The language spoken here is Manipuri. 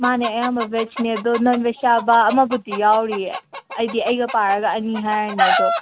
ꯃꯥꯟꯅꯦ ꯑꯌꯥꯝꯕ ꯚꯦꯖꯅꯦ ꯑꯗꯣ ꯅꯟ ꯚꯦꯖ ꯆꯥꯕ ꯑꯃꯕꯨꯗꯤ ꯌꯥꯎꯔꯤꯌꯦ ꯍꯥꯏꯗꯤ ꯑꯩꯒ ꯄꯥꯔꯒ ꯑꯅꯤ ꯍꯥꯏꯔꯅꯤ ꯑꯗꯣ